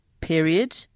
period